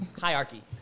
hierarchy